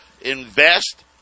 Invest